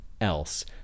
else